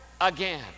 again